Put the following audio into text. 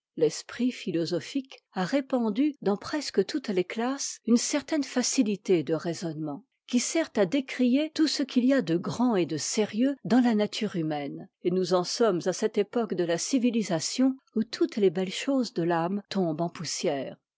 l'esprit philosophique a répandu dans presque toutes les classes une certaine facilité de raisonnement qui sert à décrier tout ce qu'il y a de grand et de sérieux dans la nature humaine et nous en sommes à cette époque de la civilisation où toutes les belles choses de l'âme tombent en poussière